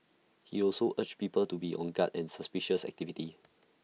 he also urged people to be on guard for suspicious activities